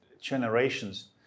generations